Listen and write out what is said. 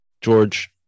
George